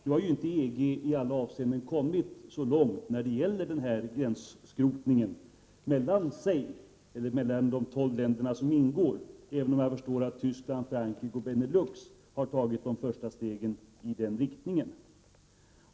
Nu har ju inte EG i alla avseenden kommit så långt när det gäller den här gränsskrotningen mellan de tolv länder som ingår, även om Västtyskland, Frankrike och Benelux har tagit de första stegen i den riktningen.